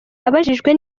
abajijwe